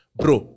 bro